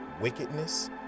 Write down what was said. wickedness